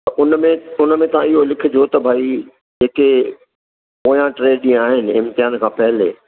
त उन में उन में तव्हां इहो लिखिजो त भाई हिते ॿ या टे ॾींहं आहिनि इम्तिहान खां पहले